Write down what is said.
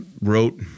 wrote